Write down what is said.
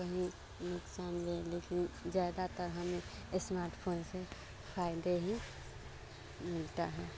कहीं नुकसान तो है लेकिन वो जायदातार हमने स्मार्टफोन से फायदे ही मिलता है